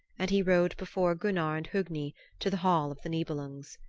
and he rode before gunnar and hogni to the hall of the nibelungs.